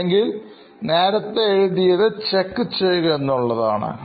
അല്ലെങ്കിൽ നേരത്തെ എഴുതിയത് ചെക്ക് ചെയ്യുക എന്നുള്ളതാണ്